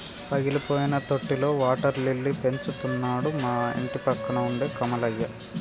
పగిలిపోయిన తొట్టిలో water lily పెంచుతున్నాడు మా ఇంటిపక్కన ఉండే కమలయ్య